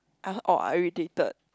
I heard orh I irritated